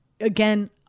again